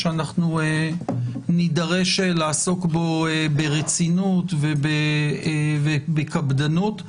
שאנחנו נידרש לעסוק בו ברצינות ובקפדנות,